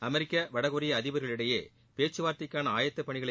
America வடகொரியா அதிபர்கள் இடையே பேச்சு வா்த்தைக்கான ஆயத்த பணிகளை